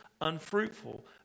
unfruitful